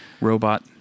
robot